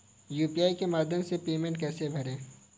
UPI के माध्यम से पेमेंट को कैसे करें?